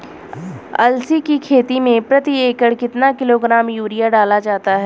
अलसी की खेती में प्रति एकड़ कितना किलोग्राम यूरिया डाला जाता है?